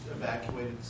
evacuated